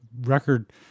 record